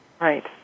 right